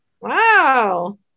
Wow